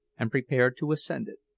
and prepared to ascend it.